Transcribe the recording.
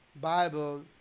Bible